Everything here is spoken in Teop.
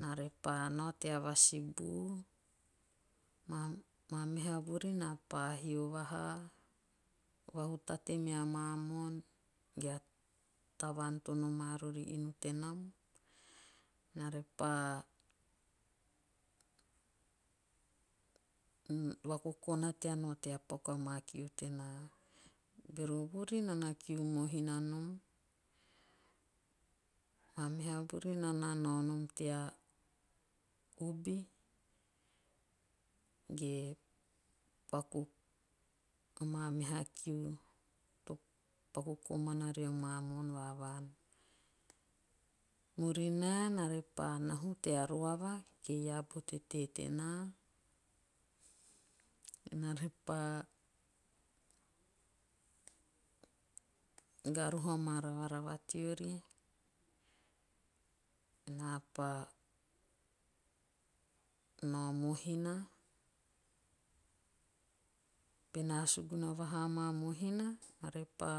na repa nao tea vasibu. Maa meha vuri naa pa hio vahaa. vahutate mea maa moon. ge a tavaan to nomaa rori inu tenam. na repa vakokona tea paku a maa kiu tena. Bero vuri. naa na nao nom tea ubi. ge paku a maa va vaan. Murinae. naa epa nahu tea roava. kieiaa bo tetee tenaa. pa garuhu ama ravarava teori. naa pa nao mohina. Bena suguna vahaa maa mohina. naa re pa